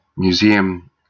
Museum